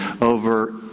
over